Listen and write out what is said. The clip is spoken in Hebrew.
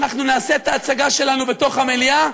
אנחנו נעשה את ההצגה שלנו בתוך המליאה,